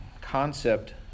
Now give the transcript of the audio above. concept